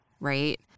right